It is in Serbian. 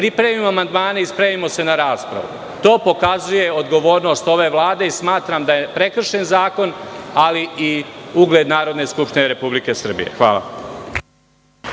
pripremimo amandmane i spremimo se na raspravu. To pokazuje odgovornost ove Vlade i smatram da je prekršen zakon, ali i ugled Narodne skupštine Republike Srbije. Hvala.